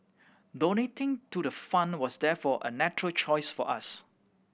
donating to the fund was therefore a natural choice for us